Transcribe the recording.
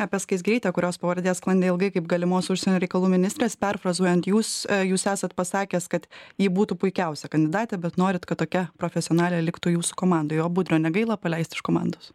apie skaisgirytę kurios pavardė sklandė ilgai kaip galimos užsienio reikalų ministrės perfrazuojant jūs jūs esat pasakęs kad ji būtų puikiausia kandidatė bet norit kad tokia profesionalė liktų jūsų komandoj o budrio negaila paleist iš komandos